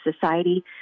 society